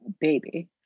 baby